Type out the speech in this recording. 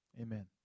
amen